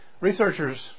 Researchers